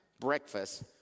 breakfast